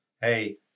hey